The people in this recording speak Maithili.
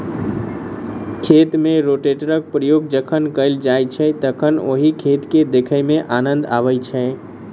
खेत मे रोटेटरक प्रयोग जखन कयल जाइत छै तखन ओहि खेत के देखय मे आनन्द अबैत छै